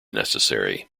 necessary